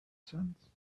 sense